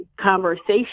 conversation